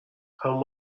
how